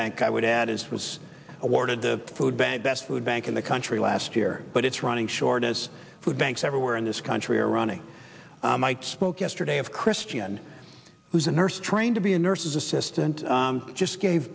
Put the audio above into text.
bank i would add is was awarded the food bank best food bank in the country last year but it's running short as food banks everywhere in this country are running spoke yesterday of christian who's a nurse trained to be a nurse's assistant just gave